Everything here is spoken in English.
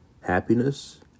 happiness